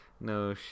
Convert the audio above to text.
No